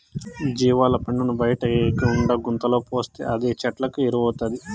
జీవాల పెండను బయటేయకుండా గుంతలో పోస్తే అదే చెట్లకు ఎరువౌతాది